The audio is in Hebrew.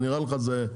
זה נראה לך מכובד?